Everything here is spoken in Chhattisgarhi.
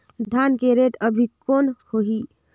धान के रेट अभी कौन होही?